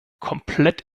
komplett